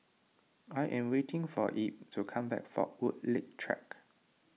I am waiting for Ebb to come back from Woodleigh Track